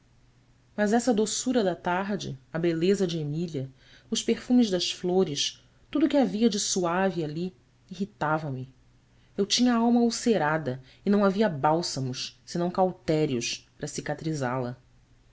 mas essa doçura da tarde a beleza de emília os perfumes das flores tudo que havia de suave ali irritava me eu tinha a alma ulcerada e não havia bálsamos senão cautérios para